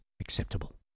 acceptable